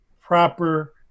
proper